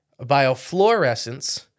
Biofluorescence